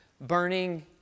burning